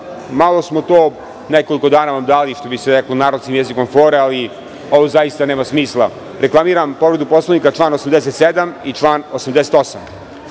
Malo smo to nekoliko dana vam dali, što bi se narodskim jezikom fore, ali ovo zaista nema smisla. Reklamiram povredu Poslovnika član 87. i član 88.